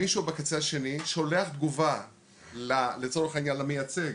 המישהו בקצה השני שולח תגובה לצורך העניין למייצג